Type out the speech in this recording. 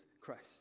Christ